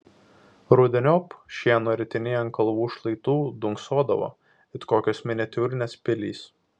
rudeniop šieno ritiniai ant kalvų šlaitų dunksodavo it kokios miniatiūrinės pilys